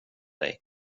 dig